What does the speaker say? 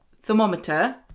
thermometer